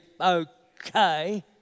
okay